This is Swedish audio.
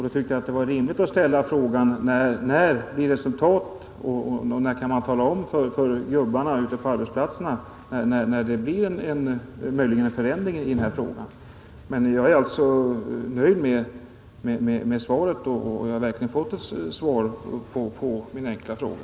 Då tyckte jag det var rimligt att ställa frågan när det blir resultat och när man kan tala om för gubbarna ute på arbetsplatserna när det möjligen blir en ändring i den här frågan. Men jag är alltså nöjd med svaret — och jag har verkligen fått ett svar på min enkla fråga.